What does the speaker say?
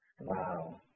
Wow